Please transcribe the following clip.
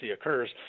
occurs